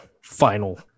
final